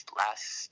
last